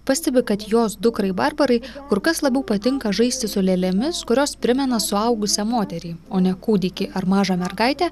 pastebi kad jos dukrai barbarai kur kas labiau patinka žaisti su lėlėmis kurios primena suaugusią moterį o ne kūdikį ar mažą mergaitę